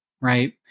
right